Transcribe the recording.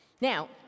Now